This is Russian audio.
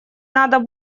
надо